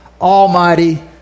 Almighty